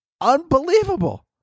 Unbelievable